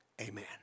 Amen